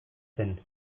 zen